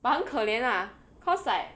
but 很可怜 lah because like